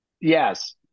Yes